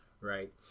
right